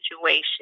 situation